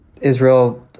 Israel